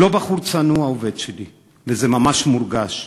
הוא לא בחור צנוע, העובד שלי, וזה ממש מורגש.